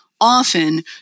often